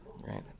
right